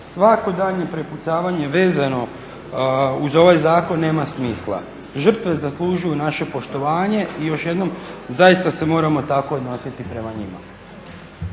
svako daljnje prepucavanje vezano uz ovaj zakon nema smisla. Žrtve zaslužuju naše poštovanje i još jednom zaista se moramo tako odnositi prema njima.